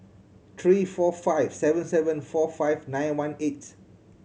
three four five seven seven four five nine one eight